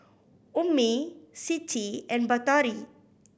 Ummi Siti and Batari